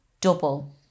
double